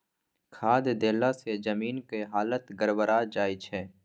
खाद देलासँ जमीनक हालत गड़बड़ा जाय छै